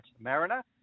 Mariner